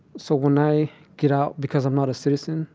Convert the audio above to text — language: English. so when i get out, because i'm not a citizen